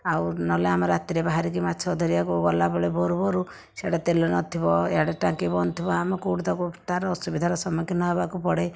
ଆଉ ନହେଲେ ଆମେ ରାତିରେ ବାହାରିକି ମାଛ ଧରିବାକୁ ଗଲାବେଳେ ଭୋରରୁ ଭୋରରୁ ସିଆଡ଼େ ତେଲ ନଥିବ ଇଆଡ଼େ ଟାଙ୍କି ବନ୍ଦ ଥିବ ଆମେ କୋଉଠୁ ତାକୁ ତାର ଅସୁବିଧାର ସମ୍ମୁଖୀନ ହେବାକୁ ପଡ଼େ